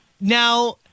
Now